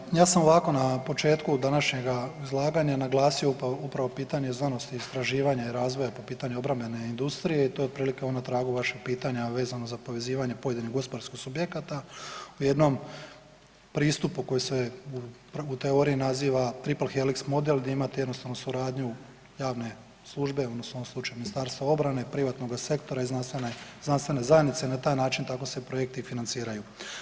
Ovaj, ja sam ovako na početku današnjega izlaganja naglasio, pa upravo pitanje znanosti i istraživanja i razvoja po pitanju obrambene industrije i to je otprilike ono na tragu vašeg pitanja vezano za povezivanje pojedinih gospodarskih subjekata u jednom pristupu koji se u … [[Govornik se ne razumije]] teoriji naziva „Triple helix model“ di imate jednostavnu suradnju javne službe odnosno u ovom slučaju Ministarstva obrane, privatnoga sektora i znanstvene, znanstvene zajednice, na taj način tako se projekti i financiraju.